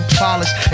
polished